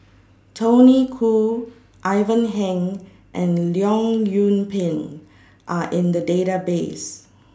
Tony Khoo Ivan Heng and Leong Yoon Pin Are in The Database